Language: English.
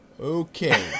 Okay